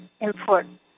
important